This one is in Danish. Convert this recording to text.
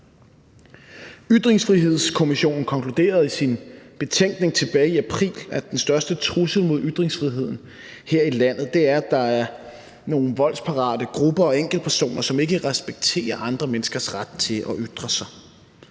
Ytringsfrihedskommissionen konkluderede i sin betænkning tilbage i april, at den største trussel mod ytringsfriheden her i landet er, at der er nogle voldsparate grupper og enkeltpersoner, som ikke respekterer andre menneskers ret til at ytre sig,